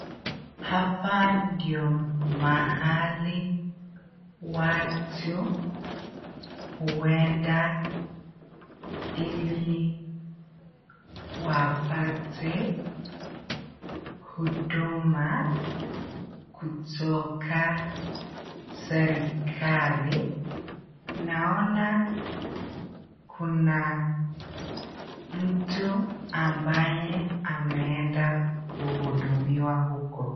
Hapa ndio mahali watu huenda ili wapate huduma kutoka kwa serikali, naona kuna mtu ambaye ameenda kuhudumiwa huko.